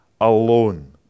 alone